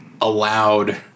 allowed